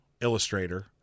illustrator